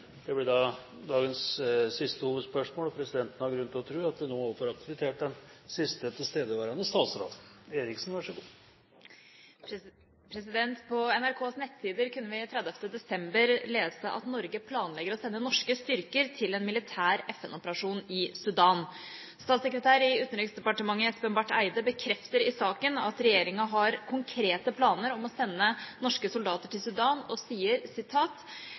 På NRKs nettside kunne vi den 30. desember lese at Norge planlegger å sende norske styrker til en militær FN-operasjon i Sudan. Statssekretær i Utenriksdepartementet, Espen Barth Eide, bekrefter i saken at regjeringa har konkrete planer om å sende norske soldater til Sudan, og sier: